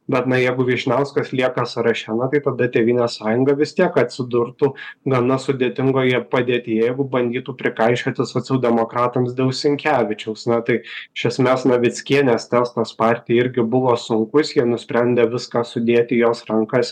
bet na jeigu vyšniauskas lieka sąraše na tai tada tėvynės sąjunga vis tiek atsidurtų gana sudėtingoje padėtyje jeigu bandytų prikaišioti socialdemokratams dėl sinkevičiaus na tai iš esmės navickienės testas partijai irgi buvo sunkus jie nusprendė viską sudėti į jos rankas